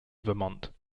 vermont